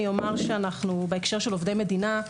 אני אומר שבהקשר של עובדי מדינה אנחנו